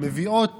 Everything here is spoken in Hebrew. שמביאות